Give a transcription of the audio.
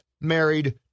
married